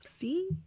See